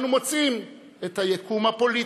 אנו מוצאים את היקום הפוליטי.